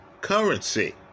currency